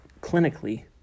clinically